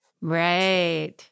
Right